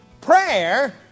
Prayer